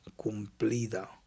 cumplida